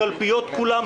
לקלפיות כולם.